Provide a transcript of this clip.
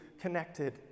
connected